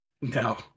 No